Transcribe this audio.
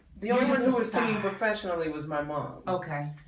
the singing professionally was my mom. okay.